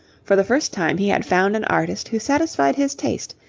for the first time he had found an artist who satisfied his taste,